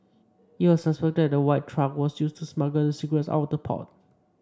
it was suspected that a white truck was used to smuggle the cigarettes out of the port